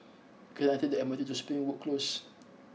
can I take the M R T to Springwood Close